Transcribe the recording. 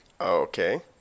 Okay